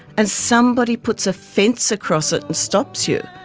and somebody puts a fence across it and stops you,